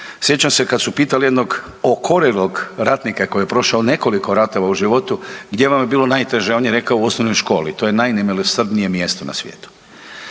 Sjećam se kad su pitali jednog okorjelog ratnika koji je prošao nekoliko ratova u životu, gdje vam je bilo najteže, on je rekao u osnovnoj školi to je najnemilosrdnije mjesto na svijetu.